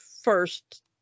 first